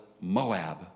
Moab